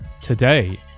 today